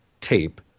tape